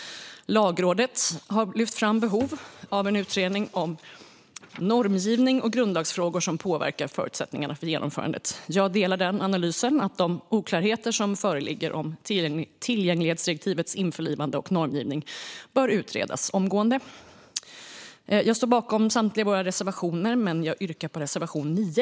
Lagrådet har lyft fram behovet av en utredning om normgivning och grundlagsfrågor som påverkar förutsättningarna för genomförandet. Jag håller med om analysen att de oklarheter som föreligger om tillgänglighetsdirektivets införlivande och normgivning bör utredas omgående. Genomförande av tillgänglighets-direktivet Jag står bakom samtliga våra reservationer men yrkar bifall endast till reservation 9.